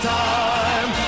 time